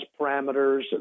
parameters